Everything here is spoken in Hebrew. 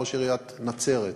ראש עיריית נצרת,